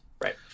Right